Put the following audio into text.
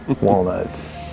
walnuts